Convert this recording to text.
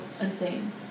insane